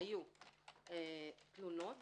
היו תלונות